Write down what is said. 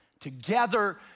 together